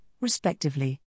respectively